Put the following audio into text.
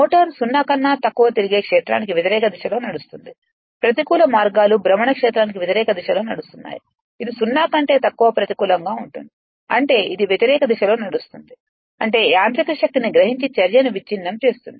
motor 0 కన్నా తక్కువ తిరిగే క్షేత్రానికి వ్యతిరేక దిశలో నడుస్తుంది ప్రతికూల మార్గాలు భ్రమణ క్షేత్రానికి వ్యతిరేక దిశలో నడుస్తున్నాయి ఇది 0 కంటే తక్కువ ప్రతికూలంగా ఉంటుంది అంటే ఇది వ్యతిరేక దిశలో నడుస్తుంది అంటే యాంత్రిక శక్తిని గ్రహించి చర్యను విచ్ఛిన్నం చేస్తుంది